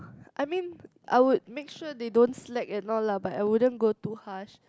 I mean I would make sure they don't slack and all lah but I wouldn't go too harsh